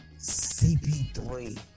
CP3